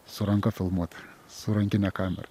su ranka filmuota su rankine kamera